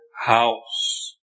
house